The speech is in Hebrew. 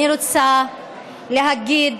אני רוצה להגיד